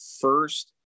first